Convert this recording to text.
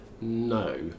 no